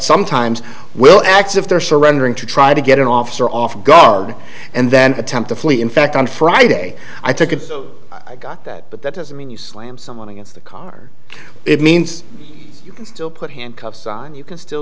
sometimes will act if they're surrendering to try to get an officer off guard and then attempt to flee in fact on friday i think i got that but that doesn't mean you slam someone against the car it means you can still put handcuffs on you can still